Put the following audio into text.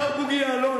השר בוגי יעלון,